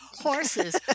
horses